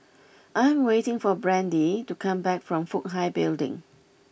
I am waiting for Brandee to come back from Fook Hai Building